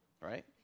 Right